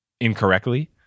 incorrectly